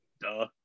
Duh